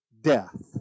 death